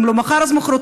ואם לא מחר אז מוחרתיים.